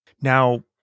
Now